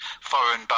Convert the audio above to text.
foreign